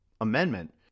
Amendment